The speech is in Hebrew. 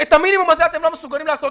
את המינימום הזה אתם לא מסוגלים לעשות.